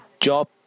Job